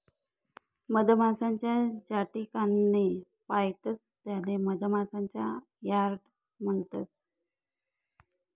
मधमाशा ज्याठिकाणे पायतस त्याले मधमाशा यार्ड म्हणतस